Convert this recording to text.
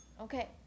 Okay